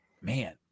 man